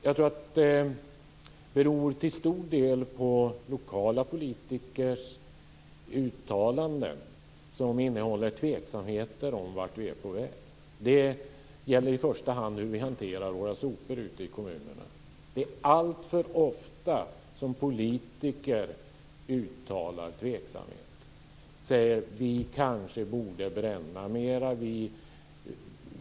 Jag tror att det till stor del beror på lokala politikers uttalanden som innehåller tveksamheter om vart vi är på väg. Det gäller i första hand hur vi hanterar våra sopor ute i kommunerna. Alltför ofta uttalar politiker tveksamhet. Man säger: Vi kanske borde bränna mer.